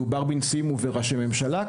מדובר בנשיאים ובראשי ממשלה,